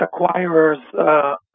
acquirers